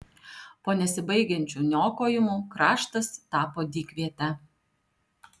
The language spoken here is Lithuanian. po nesibaigiančių niokojimų kraštas tapo dykviete